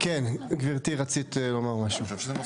כן, גבירתי, רצית לומר משהו.